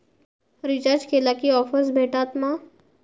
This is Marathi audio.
रिचार्ज केला की ऑफर्स भेटात मा?